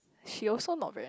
she also not very